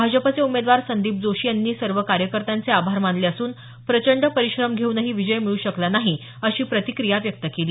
भाजपचे उमेदवार संदीप जोशी यांनी सर्व कार्यकर्त्यांचे आभार मानले असून प्रचंड परिश्रम घेऊनही विजय मिळू शकला नाही अशी प्रतिक्रिया व्यक्त केली